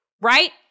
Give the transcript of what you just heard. Right